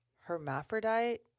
hermaphrodite